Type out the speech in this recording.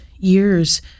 years